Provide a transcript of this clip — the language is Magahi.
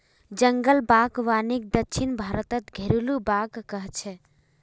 जंगल बागवानीक दक्षिण भारतत घरेलु बाग़ कह छे